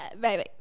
baby